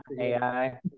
AI